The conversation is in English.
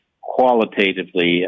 qualitatively